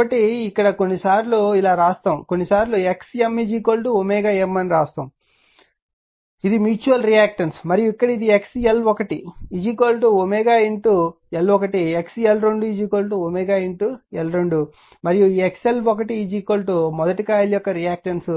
కాబట్టి ఇక్కడ కొన్నిసార్లు ఇలా వ్రాస్తాము కొన్నిసార్లు x M M అని వ్రాస్తాము ఇది మ్యూచువల్ రియాక్టన్స్ మరియు ఇక్కడ ఇది x L1 L1 x L2 L2 మరియు ఈ x L1 కాయిల్ 1 యొక్క రియాక్టన్స్